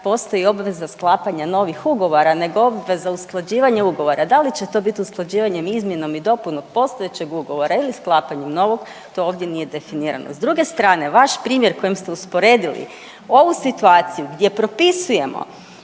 postoji obveza sklapanja novih ugovora nego obveza usklađivanja ugovora, da li će to bit usklađivanjem izmjenom i dopunom postojećeg ugovora ili sklapanjem novog to ovdje nije definirano. S druge strane, vaš primjer kojim ste usporedili ovu situaciju gdje propisujemo